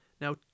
Now